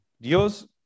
Dios